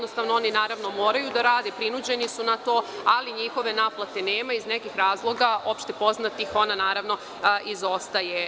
Oni moraju da rade, prinuđeni su na to, ali njihove naplate nema, iz nekih razloga, opšte poznatih, ona izostaje.